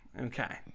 Okay